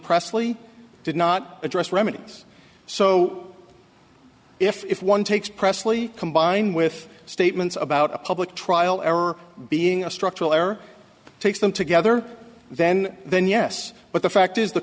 presley did not address remedies so if one takes presley combine with statements about a public trial error being a structural error takes them together then then yes but the fact is the